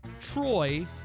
Troy